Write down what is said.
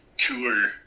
tour